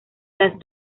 las